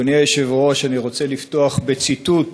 אדוני היושב-ראש, אני רוצה לפתוח בציטוט,